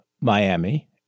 Miami